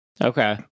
Okay